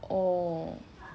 or